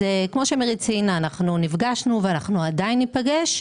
כמו שמירי ציינה, אנחנו נפגשנו ונמשיך להיפגש,